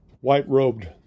white-robed